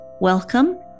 Welcome